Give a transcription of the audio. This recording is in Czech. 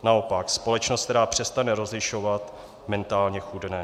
Naopak, společnost, která přestane rozlišovat, mentálně chudne.